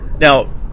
now